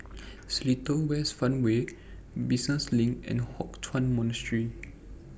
Seletar West Farmway Business LINK and Hock Chuan Monastery